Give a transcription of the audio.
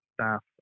staff